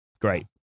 great